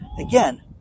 again